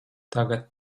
tagad